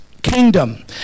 Kingdom